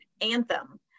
anthem